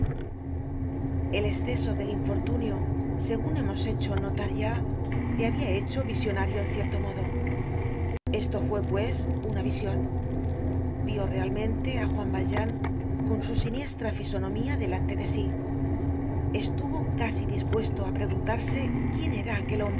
el esceso del infortunio segun hemos hecho notar ya le habia hecho visionario en cierto modo esto fue pues una vision vió realmente á juan valjean con su siniestra fisonomía delante de sí estuvo casi dispuesto á preguntarse quién era aquel hombre